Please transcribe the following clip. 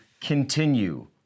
continue